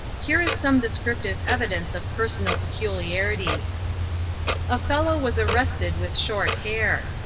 here is some descriptive evidence of personal peculiarities a fellow was arrested with short hair.